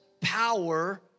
Power